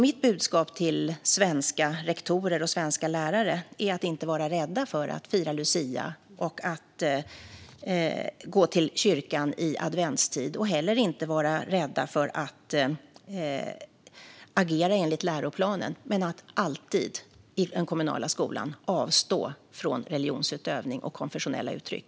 Mitt budskap till svenska rektorer och lärare är alltså att de inte ska vara rädda för att fira lucia eller gå till kyrkan i adventstid och heller inte vara rädda för att agera enligt läroplanen - men att alltid i den kommunala skolan avstå från religionsutövning och konfessionella uttryck.